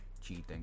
cheating